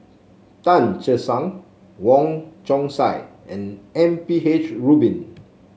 Tan Che Sang Wong Chong Sai and M P H Rubin